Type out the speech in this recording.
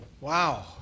Wow